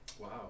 Wow